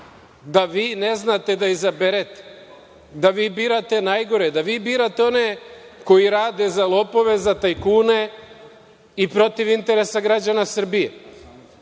da vi ne znate da izaberete, da vi birate najgore, da vi birate one koji rade za lopove, za tajkune i protiv interesa građana Srbije. Ja